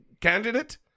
candidate